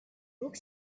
book